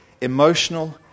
emotional